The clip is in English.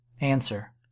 Answer